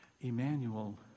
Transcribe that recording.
Emmanuel